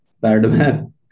Badman